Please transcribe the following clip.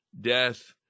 death